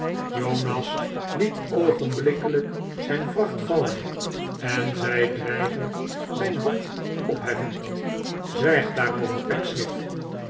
jonas liet oogenblikkelijk zijn vracht vallen en zei dreigend zijn hand opheffend zwijg daarover